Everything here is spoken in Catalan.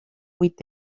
huit